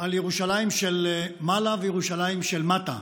על ירושלים של מעלה וירושלים של מטה.